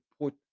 put